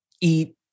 eat